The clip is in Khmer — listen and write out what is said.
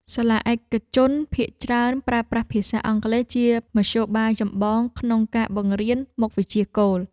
សាលាឯកជនភាគច្រើនប្រើប្រាស់ភាសាអង់គ្លេសជាមធ្យោបាយចម្បងក្នុងការបង្រៀនមុខវិជ្ជាគោល។